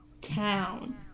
Town